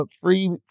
free